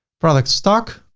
product stock,